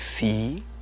see